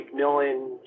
McMillan